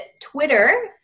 Twitter